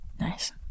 nice